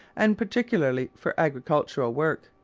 and particularly for agricultural work.